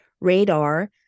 radar